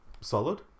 solid